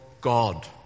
God